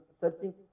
searching